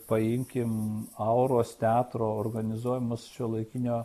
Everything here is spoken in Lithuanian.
paimkime auros teatro organizuojamus šiuolaikinio